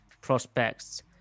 prospects